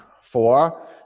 Four